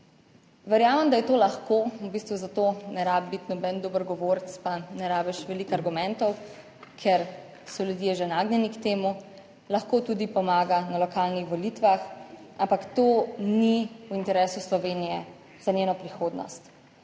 Verjamem, da je to lahko, v bistvu za to ne rabi biti noben dober govorec, pa ne rabiš veliko argumentov, ker so ljudje že nagnjeni k temu. Lahko tudi pomaga na lokalnih volitvah, ampak to ni v interesu Slovenije za njeno prihodnost.